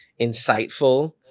insightful